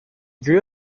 grew